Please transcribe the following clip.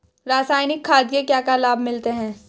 रसायनिक खाद के क्या क्या लाभ मिलते हैं?